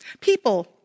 People